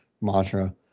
mantra